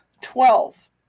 Twelve